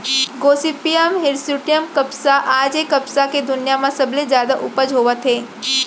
Gossypium hirsutum कपसा आज ए कपसा के दुनिया म सबले जादा उपज होवत हे